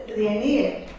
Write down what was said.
the aeneid.